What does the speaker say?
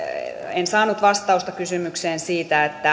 en saanut vastausta kysymykseen siitä